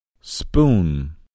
Spoon